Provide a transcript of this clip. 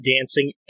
dancing